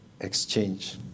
exchange